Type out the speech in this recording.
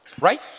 right